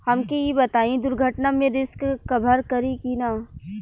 हमके ई बताईं दुर्घटना में रिस्क कभर करी कि ना?